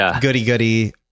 goody-goody